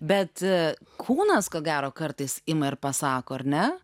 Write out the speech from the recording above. bet kūnas ko gero kartais ima ir pasako ar ne